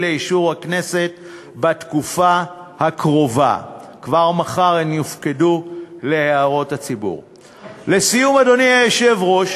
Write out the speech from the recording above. ועדות לתכנון מהיר כדי לעקוף את הביורוקרטיה הבלתי-נסבלת,